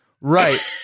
Right